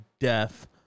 death